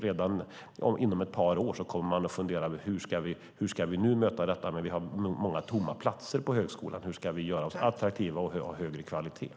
Redan inom ett par år kommer man att fundera på hur man ska möta detta att man har många tomma platser på högskolan. Hur ska man göra sig attraktiv och höja kvaliteten?